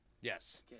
Yes